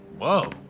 Whoa